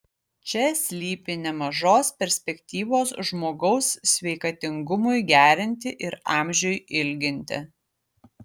čia slypi nemažos perspektyvos žmogaus sveikatingumui gerinti ir amžiui ilginti